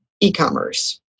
e-commerce